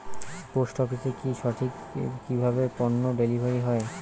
Post অফিসে কি সঠিক কিভাবে পন্য ডেলিভারি হয়?